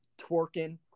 twerking